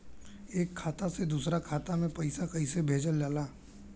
एक खाता से दूसरा खाता में पैसा कइसे भेजल जाला?